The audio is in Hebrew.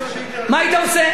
אל תהיה צדיק הרבה.